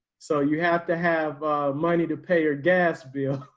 so you have to have money to pay your gas bill,